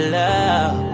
love